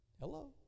Hello